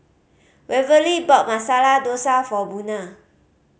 Waverly bought Masala Dosa for Buna